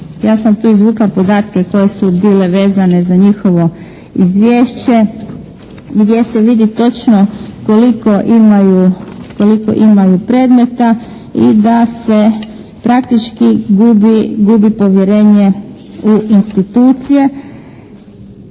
ja sam tu izvukla podatke koje su bile vezane za njihovo izvješće gdje se vidi točno koliko imaju predmeta i da se praktički gubi povjerenje u institucije.